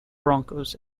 broncos